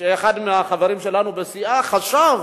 ואחד מהחברים שלנו בסיעה חשב